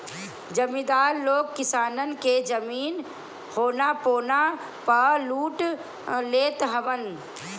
जमीदार लोग किसानन के जमीन औना पौना पअ लूट लेत हवन